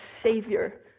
Savior